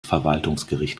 verwaltungsgericht